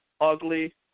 ugly